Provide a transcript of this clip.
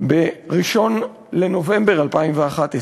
ב-1 בנובמבר 2011,